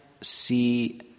see